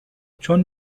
چون